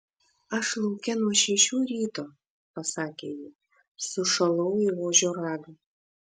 aš lauke nuo šešių ryto pasakė ji sušalau į ožio ragą